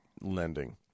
lending